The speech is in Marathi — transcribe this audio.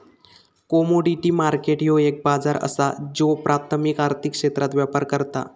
कमोडिटी मार्केट ह्यो एक बाजार असा ज्यो प्राथमिक आर्थिक क्षेत्रात व्यापार करता